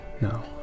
No